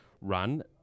run